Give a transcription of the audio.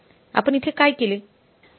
आपण इथे काय केले